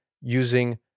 using